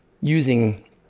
using